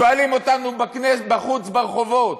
שואלים אותנו בחוץ, ברחובות: